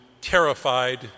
terrified